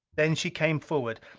then she came forward,